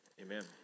Amen